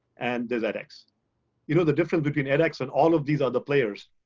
and there's edx. you know the difference between edx and all of these are the players.